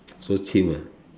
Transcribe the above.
so chim ah